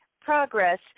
progress